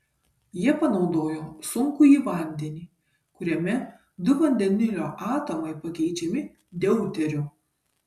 jie panaudojo sunkųjį vandenį kuriame du vandenilio atomai pakeičiami deuteriu